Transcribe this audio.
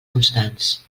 constants